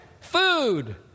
food